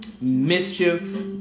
mischief